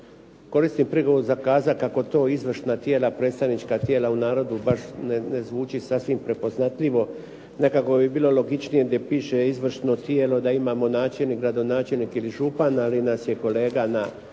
Koristim prigodu za kazati kako to izvršna tijela, predstavnička tijela u narodu baš ne zvuči sasvim prepoznatljivo. Nekako bi bilo gdje piše izvršno tijelo da imamo načelnik, gradonačelnik ili župan ali nas je kolega na